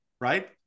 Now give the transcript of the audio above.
right